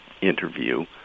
interview